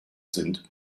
sind